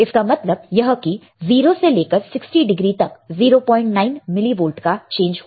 इसका मतलब यह कि 0 से लेकर 60 डिग्री तक 09 मिलिवोल्ट का चेंज होगा